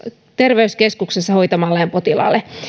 terveyskeskuksessa hoitamalleen potilaalle